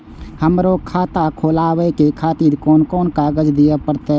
हमरो खाता खोलाबे के खातिर कोन कोन कागज दीये परतें?